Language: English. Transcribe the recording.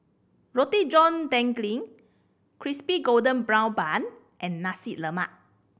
Roti John Daging Crispy Golden Brown Bun and Nasi Lemak